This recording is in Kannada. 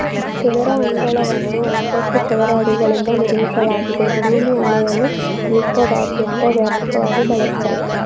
ಚದರ ಅಂಗಳವನ್ನು ಒಂಬತ್ತು ಚದರ ಅಡಿಗಳಿಂದ ನಿರ್ಮಿಸಲಾಗಿದೆ ಭೂಮಿ ಅಳೆಯಲು ವಿಶ್ವದಾದ್ಯಂತ ವ್ಯಾಪಕವಾಗಿ ಬಳಸ್ತರೆ